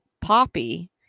poppy